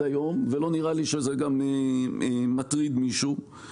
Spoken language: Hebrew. היום ולא נראה לי שזה גם מטריד מישהו.